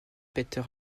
peter